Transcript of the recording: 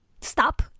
stop